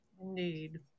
Indeed